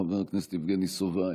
חבר הכנסת יבגני סובה,